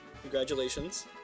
Congratulations